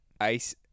ice